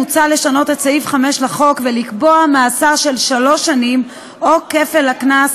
מוצע לשנות את סעיף 5 לחוק ולקבוע מאסר של שלוש שנים או כפל הקנס,